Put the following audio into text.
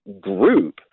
group